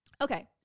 Okay